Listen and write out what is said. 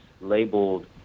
labeled